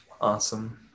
awesome